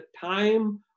time